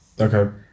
Okay